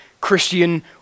Christian